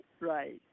Right